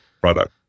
product